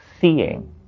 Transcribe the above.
Seeing